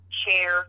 chair